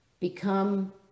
Become